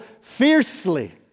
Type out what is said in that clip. fiercely